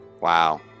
Wow